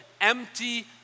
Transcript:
empty